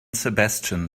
sebastian